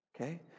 Okay